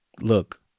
look